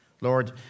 Lord